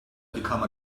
become